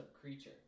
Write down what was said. creature